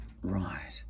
right